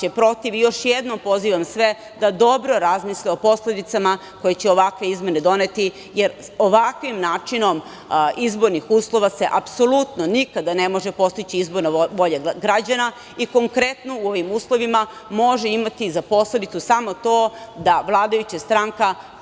protiv i još jednom pozivam sve da dobro razmisle o posledicama koje će ovakve izmene doneti, jer ovakvim načinom izbornih uslova se apsolutno nikada ne može postići izborna volja građana i konkretno u ovim uslovima može imati za posledicu samo to da vladajuća stranka